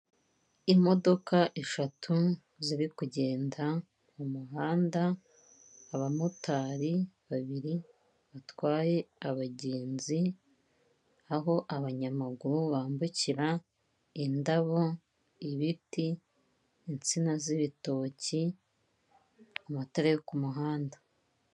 Imodoka eshatu ziri kugenda mu muhanda, abamotari babiri batwaye abagenzi, aho abanyamaguru bambukira, indabo, ibiti, insina z'ibitoki, amatara yo ku muhanda.